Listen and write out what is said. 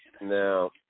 Now